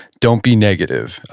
don't be negative.